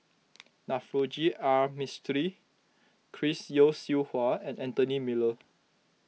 Navroji R Mistri Chris Yeo Siew Hua and Anthony Miller